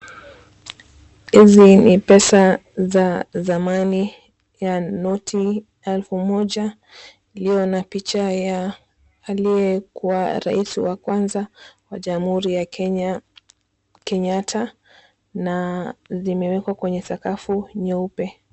Hizi ni pesa za zamani ya noti elfu moja iliyo na picha ya aliyekuwa rais wa kwanza wa jamhuri ya Kenya, Kenyatta na zimewekwa kwa sakafu nyeupe.